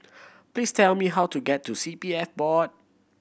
please tell me how to get to C P F Board